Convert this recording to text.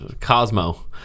Cosmo